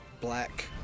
black